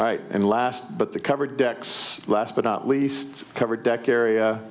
all right and last but the cover decks last but not least covered deck area